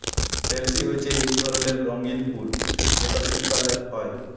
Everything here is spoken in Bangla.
পেলসি হছে ইক ধরলের রঙ্গিল ফুল যেট শীতকাল হ্যয়